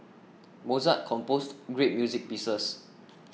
Mozart composed great music pieces